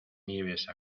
nieves